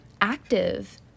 active